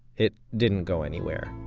it didn't go anywhere,